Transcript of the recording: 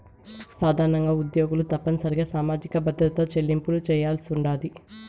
సాధారణంగా ఉద్యోగులు తప్పనిసరిగా సామాజిక భద్రత చెల్లింపులు చేయాల్సుండాది